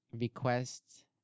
request